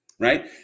Right